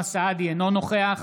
אינו נוכח